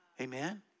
Amen